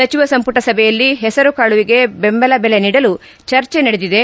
ಸಚಿವ ಸಂಪುಟ ಸಭೆಯಲ್ಲಿ ಹೆಸರು ಕಾಳುಗೆ ಬೆಂಬಲ ಬೆಲೆ ನೀಡಲು ಚರ್ಚೆ ನಡೆದಿದೆ